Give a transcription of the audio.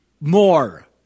More